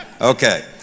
Okay